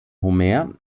homer